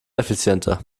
effizienter